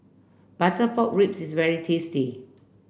butter pork ribs is very tasty